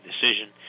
decision